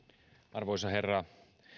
arvoisa herra